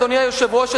אדוני היושב-ראש,